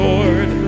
Lord